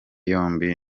yombi